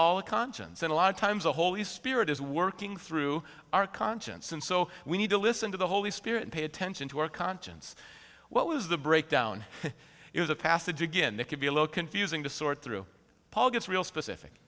all a conscience and a lot of times the holy spirit is working through our conscience and so we need to listen to the holy spirit and pay attention to our conscience what was the breakdown is a passage again that could be a low confusing to sort through paul gets real specific